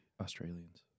Australians